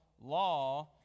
law